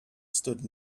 stood